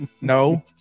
No